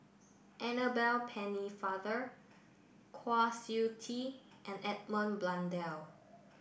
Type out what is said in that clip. Annabel Pennefather Kwa Siew Tee and Edmund Blundell